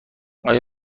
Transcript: آیا